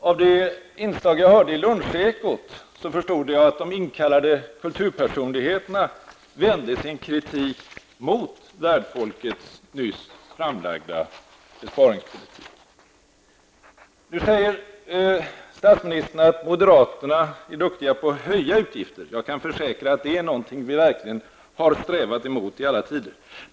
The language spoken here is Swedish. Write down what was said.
Av de inslag jag hörde i Lunchekot förstod jag att de inkallade kulturpersonligheterna vände sin kritik mot värdfolkets nyss framlagda besparingsproposition. Nu säger statsministern att moderaterna är duktiga på att höja utgifter. Jag kan verkligen försäkra att det är något som vi har strävat emot i alla tider.